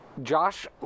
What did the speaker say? Josh